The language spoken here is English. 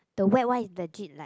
the wet one is legit like